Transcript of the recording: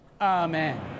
Amen